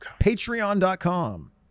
Patreon.com